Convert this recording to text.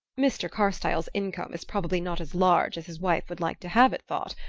mr. carstyle's income is probably not as large as his wife would like to have it thought,